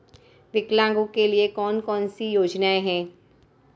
विकलांगों के लिए कौन कौनसी योजना है?